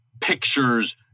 pictures